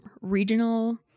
regional